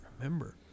remember